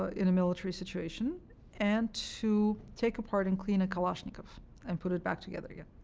ah in a military situation and to take apart and clean a kalashnikov and put it back together again.